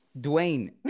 Dwayne